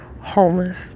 homeless